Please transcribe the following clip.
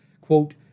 quote